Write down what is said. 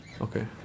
Okay